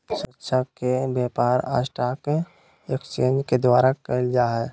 सुरक्षा के व्यापार स्टाक एक्सचेंज के द्वारा क़इल जा हइ